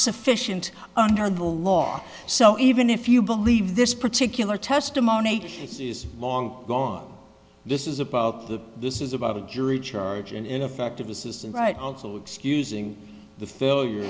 sufficient under the law so even if you believe this particular testimony is long gone this is about the this is about a jury charge and ineffective assistance right also excusing the failure